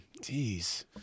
Jeez